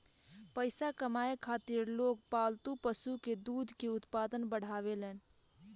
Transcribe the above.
पइसा कमाए खातिर लोग पालतू पशु के दूध के उत्पादन बढ़ावेलन